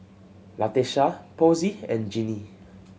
Latesha Posey and Jinnie